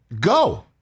Go